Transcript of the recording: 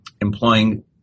employing